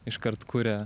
iškart kuria